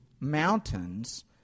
mountains